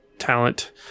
talent